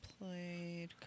played